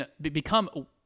become